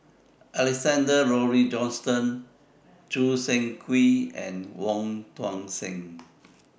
Alexander Laurie Johnston Choo Seng Quee and Wong Tuang Seng